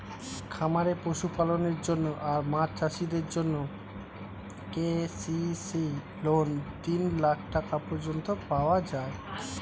খামারে পশুপালনের জন্য আর মাছ চাষিদের জন্যে কে.সি.সি লোন তিন লাখ টাকা পর্যন্ত পাওয়া যায়